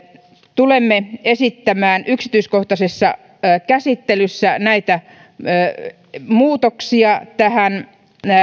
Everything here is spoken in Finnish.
tulemme esittämään yksityiskohtaisessa käsittelyssä näitä muutoksia tähän